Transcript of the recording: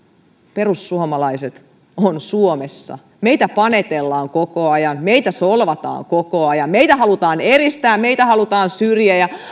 perussuomalaiset on suomessa meitä panetellaan koko ajan meitä solvataan koko ajan meitä halutaan eristää meitä halutaan syrjiä ja